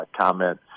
comment